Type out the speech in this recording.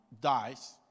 dies